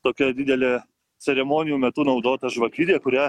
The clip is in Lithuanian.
tokia didelė ceremonijų metu naudota žvakidė kurią